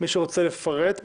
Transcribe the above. מישהו רוצה לפרט?